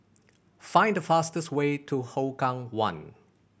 find the fastest way to Hougang One